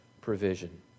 provision